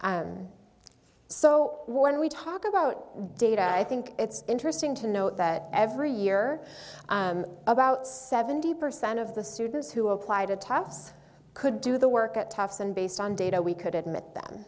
so when we talk about data i think it's interesting to note that every year about seventy percent of the students who applied at tufts could do the work at tufts and based on data we could admit that